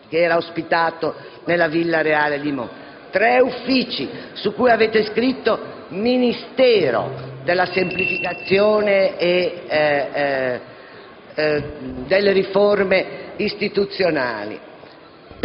che era ospitato nella Villa Reale di Monza. Tre uffici su cui avete scritto: «Ministero della semplificazione e Ministero